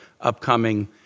upcoming